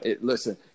listen